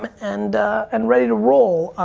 and and ready to roll.